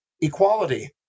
equality